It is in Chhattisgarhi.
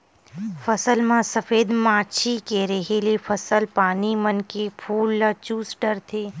फसल म सफेद मांछी के रेहे ले फसल पानी मन के फूल ल चूस डरथे